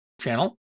channel